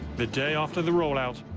the day after the rollout,